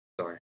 Sorry